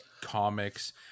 Comics